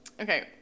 Okay